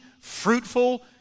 fruitful